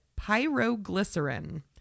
pyroglycerin